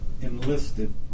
enlisted